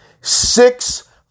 Six